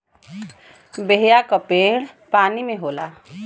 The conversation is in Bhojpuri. बेहया क पेड़ पानी में होला